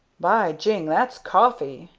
by jing! that's coffee!